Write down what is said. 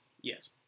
Yes